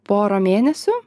porą mėnesių